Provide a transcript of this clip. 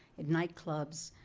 in nightclubs,